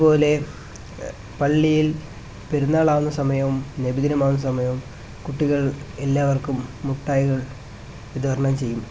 അതുപോലെ പള്ളിയില് പെരുന്നാളാകുന്ന സമയവും നബിദിനമാകുന്ന സമയവും കുട്ടികള് എല്ലാവര്ക്കും മുട്ടായികള് വിതരണം ചെയ്യും